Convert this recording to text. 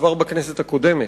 כבר בכנסת הקודמת.